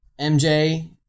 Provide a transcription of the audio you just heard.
MJ